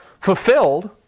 fulfilled